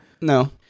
No